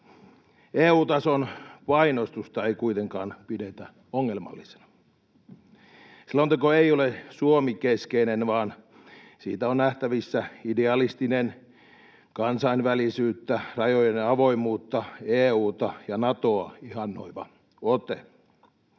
EU-tason painostusta ei kuitenkaan pidetä ongelmallisena. Selonteko ei ole Suomi-keskeinen, vaan siitä on nähtävissä idealistinen, kansainvälisyyttä, rajojen avoimuutta, EU:ta ja Natoa ihannoiva ote.